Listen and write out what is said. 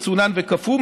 מצונן וקפוא,